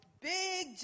big